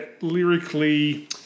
lyrically